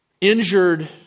injured